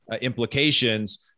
implications